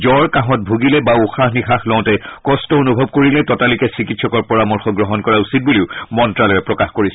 জ্ব কাহত ভুগিলে বা উশাহ নিশাহ লওঁতে কষ্ট অনুভৱ কৰিলে ততালিকে চিকিৎসকৰ পৰামৰ্শ গ্ৰহণ কৰা উচিত বুলিও মন্ত্যালয়ে প্ৰকাশ কৰিছে